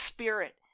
Spirit